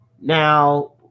Now